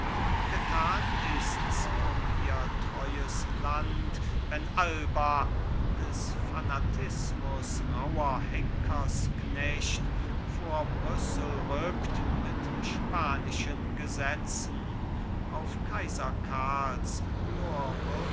getan ists um ihr teures land wenn alba des fanatismus rauher henkersknecht vor brüssel rückt mit spanischen gesetzen auf kaiser karls